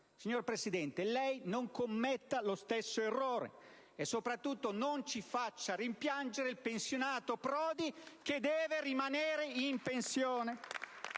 Signor Presidente, lei non commetta lo stesso errore, e soprattutto non ci faccia rimpiangere il pensionato Prodi, che deve rimanere in pensione!